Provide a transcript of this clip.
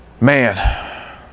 Man